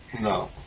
No